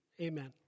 amen